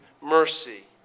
mercy